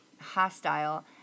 hostile